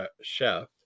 chef